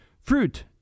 Fruit